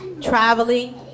traveling